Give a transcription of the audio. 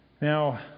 Now